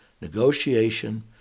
negotiation